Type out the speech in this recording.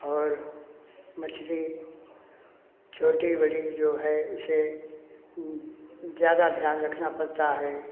और मछली छोटी बड़ी जो है उसे ज़्यादा ध्यान रखना पड़ता है